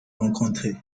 rencontrer